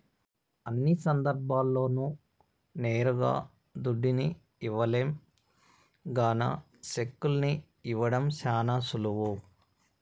అన్ని సందర్భాల్ల్లోనూ నేరుగా దుడ్డుని ఇవ్వలేం గాన సెక్కుల్ని ఇవ్వడం శానా సులువు